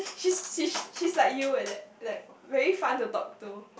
she's she's she's like you like that like very fun to talk to